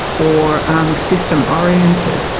or system-oriented,